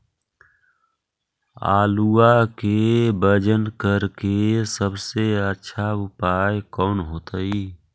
आलुआ के वजन करेके सबसे अच्छा उपाय कौन होतई?